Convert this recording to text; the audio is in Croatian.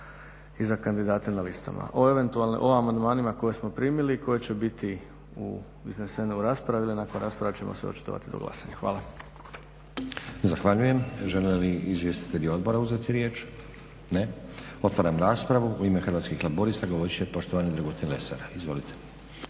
i za kandidate na listama. O eventualnim, o amandmanima koje smo primili koji će biti izneseni u raspravi, nakon rasprave ćemo se očitovati do glasanja. Hvala. **Stazić, Nenad (SDP)** Zahvaljujem. Žele li izvjestitelji odbora uzeti riječ? Ne. Otvaram raspravu. U ime Hrvatskih laburista govorit će poštovani Dragutin Lesar. Izvolite.